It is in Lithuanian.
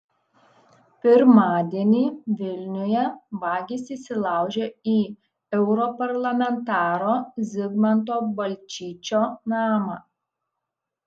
pirmadienį vilniuje vagys įsilaužė į europarlamentaro zigmanto balčyčio namą